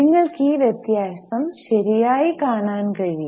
നിങ്ങൾക്ക് ഈ വ്യത്യാസം ശരിയായി കാണാൻ കഴിയും